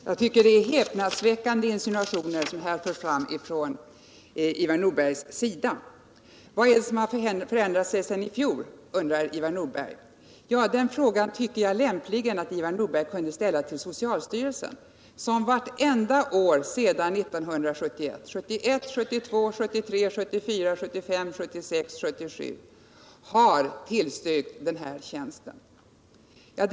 Herr talman! Jag tycker det är häpnadsväckande insinuationer som Ivar Nordberg för fram. Vad är det som har förändrats sedan i fjol? undrar Ivar Nordberg. Den frågan tycker att jag Ivar Nordberg lämpligen kunde ställa till socialstyrelsen, som vartenda år sedan 1971 — alltså åren 1971, 1972, 1973, 1974, 1975, 1976 och 1977 — har tillstyrkt den här tjänsteomvandlingen.